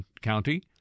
County